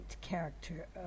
character